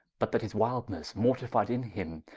but that his wildnesse, mortify'd in him,